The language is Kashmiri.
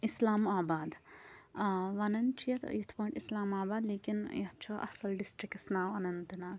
اِسلام آباد وَنان چھِ یَتھ یِتھ پٲٹھۍ اِسلام آباد لیکِن یَتھ چھُ اَصٕل ڈِسٹرٛکَس ناو اننت ناگ